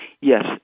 yes